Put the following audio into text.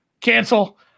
Cancel